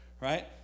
right